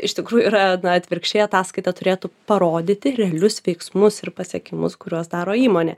iš tikrųjų yra na atvirkščiai ataskaita turėtų parodyti realius veiksmus ir pasiekimus kuriuos daro įmonė